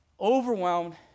overwhelmed